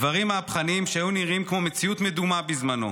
דברים מהפכניים שהיו נראים כמו מציאות מדומה בזמנו.